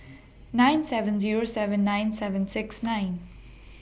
nine seven Zero seven nine seven six nine